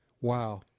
Wow